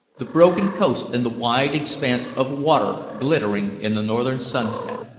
the broken coast and the wide expanse of water glittering in the northern sunset.